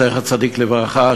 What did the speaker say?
זכר צדיק לברכה,